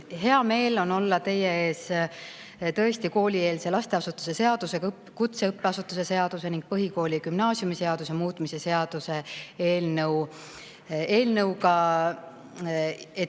Hea meel on olla teie ees koolieelse lasteasutuse seaduse, kutseõppeasutuse seaduse ning põhikooli‑ ja gümnaasiumiseaduse muutmise seaduse eelnõuga, et läbida